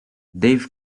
dave